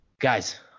Guys